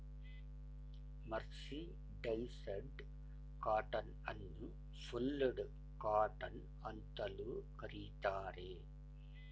mercerised cotton ಅನ್ನು ಫುಲ್ಡ್ cotton ಅಂತಲೂ ಕರಿತಾರೆ